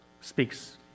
speaks